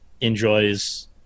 enjoys